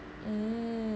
mm